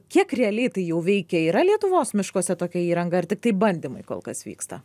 kiek realiai tai jau veikia yra lietuvos miškuose tokia įranga ar tiktai bandymai kol kas vyksta